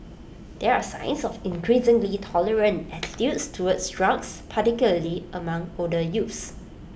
there are signs of increasingly tolerant attitudes towards drugs particularly among older youth